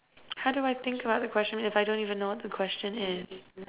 how do I think about the question if I don't even know what the question is